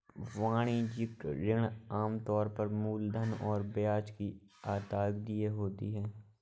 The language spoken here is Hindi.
वाणिज्यिक ऋण आम तौर पर मूलधन और ब्याज की अदायगी होता है